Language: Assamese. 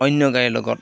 অন্য গাড়ীৰ লগত